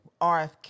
RFK